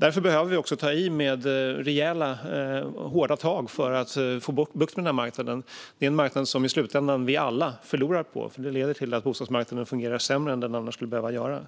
Därför behöver vi också ta i med hårda tag för att få bukt med den här marknaden. Det är en marknad som vi alla förlorar på i slutänden. Det leder till att bostadsmarknaden fungerar sämre än den annars skulle kunna göra.